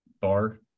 bar